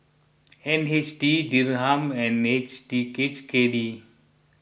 N H D Dirham and H D H K D